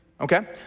okay